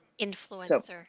influencer